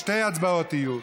שתי הצבעות יהיו: